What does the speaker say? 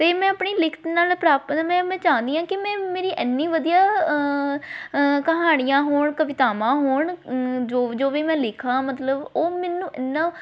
ਅਤੇ ਮੈਂ ਆਪਣੀ ਲਿਖਤ ਨਾਲ ਪ੍ਰਾਪਤ ਮੈਂ ਮੈਂ ਚਾਹੁੰਦੀ ਹਾਂ ਕਿ ਮੈਂ ਮੇਰੀ ਇੰਨੀ ਵਧੀਆ ਕਹਾਣੀਆਂ ਹੋਣ ਕਵਿਤਾਵਾਂ ਹੋਣ ਜੋ ਵੀ ਮੈਂ ਲਿਖਾ ਮਤਲਬ ਉਹ ਮੈਨੂੰ ਇੰਨਾ